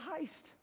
heist